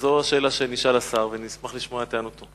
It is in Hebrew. זו השאלה שנשאל השר ואשמח לשמוע את טענתו.